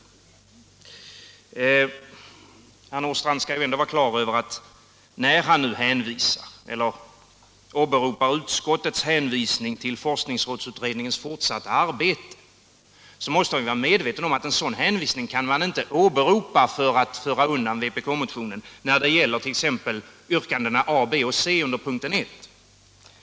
Herr Nordstrandh skall ändå, när han nu åberopar utskottets hänvisning till forskningsrådsutredningens fortsatta arbete, vara medveten om att han inte med en sådan hänvisning kan föra undan vpk-motionen när det gäller t.ex. yrkandena a), b) och c) under p. 1.